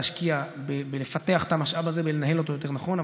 להשקיע בלפתח את המשאב הזה ולנהל אותו יותר נכון,